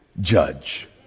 judge